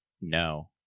No